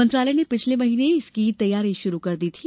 मंत्रालय ने पिछले महीने इसकी तैयारी शुरू कर दी थी